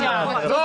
אפשר.